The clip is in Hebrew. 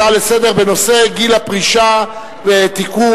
הצעה לסדר-היום בנושא גיל הפרישה (תיקון,